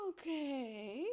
Okay